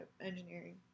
engineering